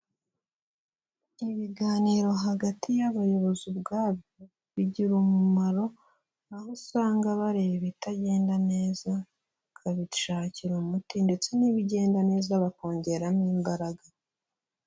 Ibiganiro hagati y'abayobozi ubwabo, bigira umumaro, aho usanga bareba ibitagenda neza bakabishakira umuti ndetse n'ibigenda neza bakongeramo imbaraga.